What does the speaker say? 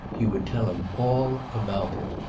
he would tell him all about it.